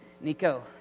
Nico